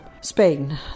Spain